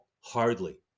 Hardly